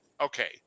Okay